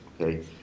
okay